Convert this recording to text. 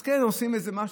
אז כן עושים איזה משהו,